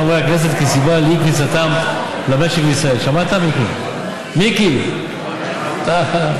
חברות וחברי הכנסת הנכבדים, אורן, אל תדבר